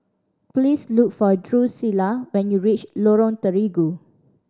please look for Drusilla when you reach Lorong Terigu